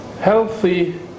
healthy